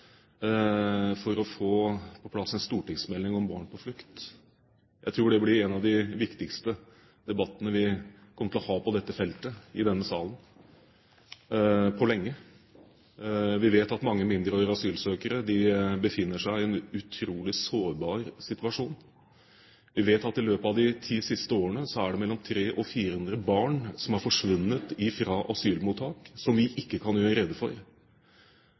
blir en av de viktigste debattene vi kommer til å ha på dette feltet i denne salen på lenge. Vi vet at mange mindreårige asylsøkere befinner seg i en utrolig sårbar situasjon. Vi vet at i løpet av de ti siste årene er det mellom 300 og 400 barn som har forsvunnet fra asylmottak, som vi ikke kan gjøre rede for.